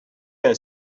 dans